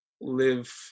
live